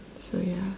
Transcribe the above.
so ya